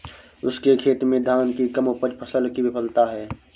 उसके खेत में धान की कम उपज फसल की विफलता है